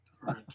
Right